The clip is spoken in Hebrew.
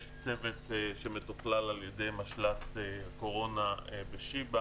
יש צוות שמתוכלל על יד משל"ט קורונה בשיבא